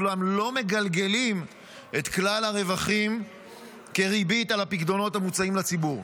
אולם הם לא מגלגלים את כלל הרווחים כריבית על הפיקדונות המוצעים לציבור.